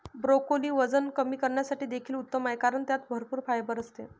broccoli वजन कमी करण्यासाठी देखील उत्तम आहे कारण त्यात भरपूर फायबर असते